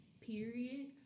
period